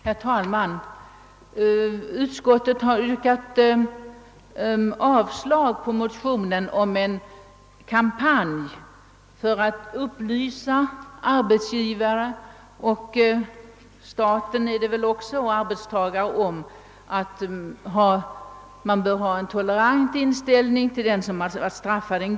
Herr talman! Utskottet har yrkat avslag på motionen om en kampanj för att upplysa arbetsgivare — staten är också arbetsgivare — och arbetstagare om att de borde ha en tolerant inställning till den som varit straffad.